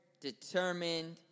determined